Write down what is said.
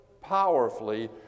powerfully